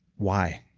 why?